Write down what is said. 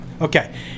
Okay